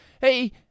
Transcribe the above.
hey